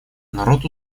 народ